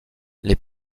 les